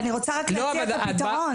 אני רוצה רק להציע את הפתרון.